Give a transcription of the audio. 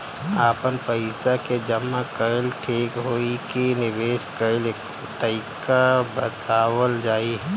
आपन पइसा के जमा कइल ठीक होई की निवेस कइल तइका बतावल जाई?